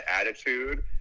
attitude